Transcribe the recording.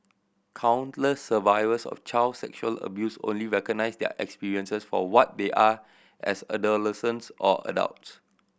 countless survivors of child sexual abuse only recognise their experiences for what they are as adolescents or adults